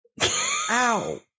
Ow